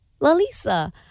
lalisa